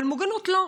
אבל מוגנות, לא.